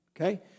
Okay